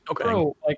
okay